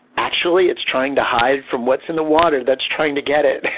actually, it's trying to hide from what's in the water that's trying to get it.